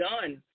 done